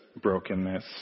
brokenness